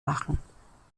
machen